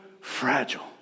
fragile